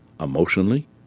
Emotionally